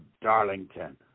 Darlington